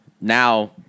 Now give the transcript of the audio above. Now